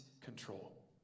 control